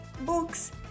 books